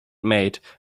made